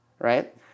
right